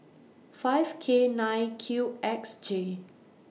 five K nine Q X J